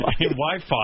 Wi-Fi